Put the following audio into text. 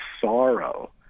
sorrow